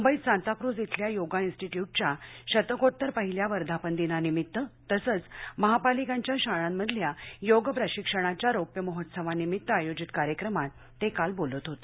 मुंबईत सांताक्र्झ इथल्या योगा इन्स्टिट्यूटच्या शतकोत्तर पहिल्या वर्धापन दिनानिमित्त तसंच महापालिकांच्या शाळामधल्या योग प्रशिक्षणाच्या रौप्य महोत्सवानिमित्त आयोजित कार्यक्रमात ते काल बोलत होते